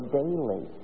daily